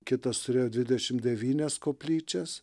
kitas turėjo dvidešim devynias koplyčias